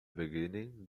beginning